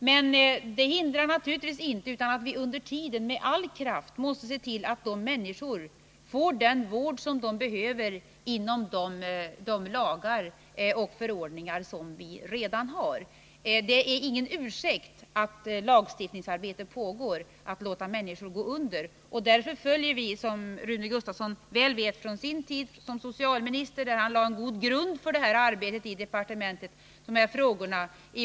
Men det hindrar inte att vi med all kraft ser till att de människor som behöver vård får det inom ramen för de lagar och förordningar som vi redan har. Att lagstiftningsarbete pågår är ingen ursäkt för att låta människor gå under. Därför följer vår beredningsgrupp de här frågorna med stor uppmärksamhet, som Rune Gustavsson väl vet från sin tid som socialminister — han lade en god grund för det här arbetet vid departementet.